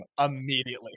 immediately